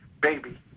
Baby